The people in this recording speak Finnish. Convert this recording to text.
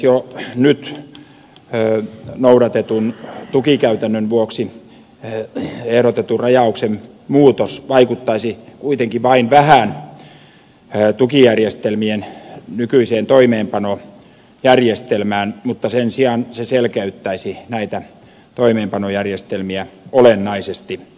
jo nyt noudatetun tukikäytännön vuoksi ehdotetun rajauksen muutos vaikuttaisi kuitenkin vain vähän tukijärjestelmien nykyiseen toimeenpanojärjestelmään mutta sen sijaan se selkeyttäisi näitä toimeenpanojärjestelmiä olennaisesti